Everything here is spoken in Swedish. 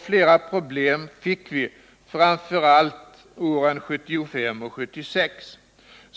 Flera problem fick vi, framför allt under åren 1975 och 1976.